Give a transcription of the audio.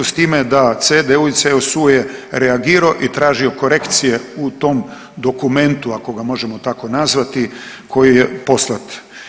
S time da CDU i CSU je reagirao i tražio korekcije u tom dokumentu ako ga možemo tako nazvati koji je poslat.